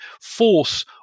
force